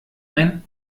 ein